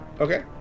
okay